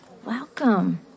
Welcome